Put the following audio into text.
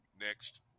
next